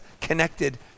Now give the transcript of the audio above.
connected